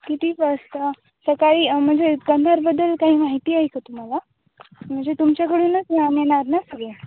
किती वाजता सकाळी म्हणजे कंधारबद्दल काही माहिती आहे का तुम्हाला म्हणजे तुमच्याकडूनच ना मिळणार ना सगळं